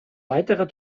weiterer